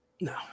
No